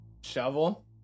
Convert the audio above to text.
shovel